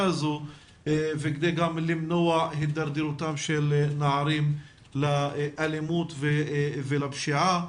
הזו כדי למנוע הידרדרותם של נערים לאלימות ולפשיעה.